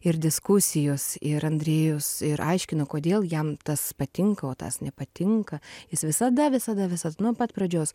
ir diskusijos ir andrėjus ir aiškino kodėl jam tas patinka o tas nepatinka jis visada visada visas nuo pat pradžios